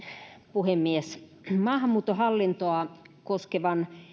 puhemies maahanmuuttohallintoa koskevan